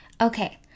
Okay